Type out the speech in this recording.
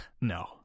no